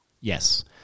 Yes